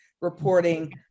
reporting